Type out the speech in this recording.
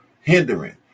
hindering